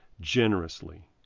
generously